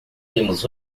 temos